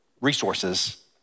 resources